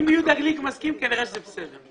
אם יהודה גליק מסכים, סימן שזה בסדר.